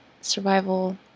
survival